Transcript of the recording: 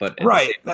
Right